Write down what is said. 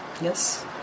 Yes